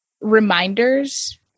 reminders